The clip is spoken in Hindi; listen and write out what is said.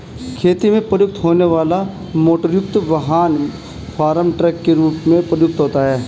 खेती में प्रयुक्त होने वाला मोटरयुक्त वाहन फार्म ट्रक के रूप में प्रयुक्त होता है